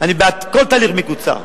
אני בעד כל תהליך מקוצר,